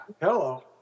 Hello